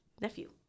nephew